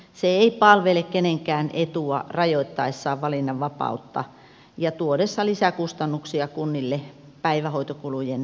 se ei palvele kenenkään etua rajoittaessaan valinnanvapautta ja tuoden lisäkustannuksia kunnille päivähoitokulujen kasvaessa